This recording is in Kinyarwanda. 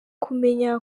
kumenya